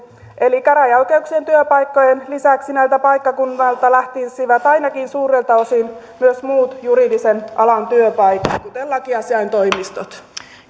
eli käräjäoikeuksien työpaikkojen lisäksi näiltä paikkakunnilta lähtisivät ainakin suurelta osin myös muut juridisen alan työpaikat kuten lakiasiaintoimistot